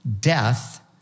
death